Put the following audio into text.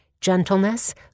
gentleness